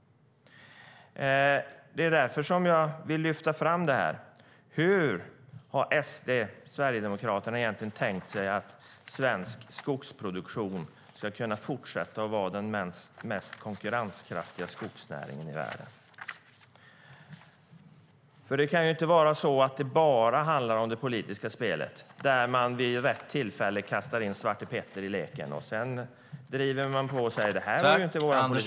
Hur har Sverigedemokraterna egentligen tänkt sig att svensk skogsproduktion ska kunna fortsätta vara den mest konkurrenskraftiga skogsnäringen i världen?